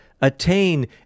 attain